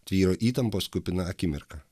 tvyro įtampos kupina akimirka